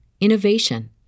innovation